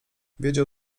wiedział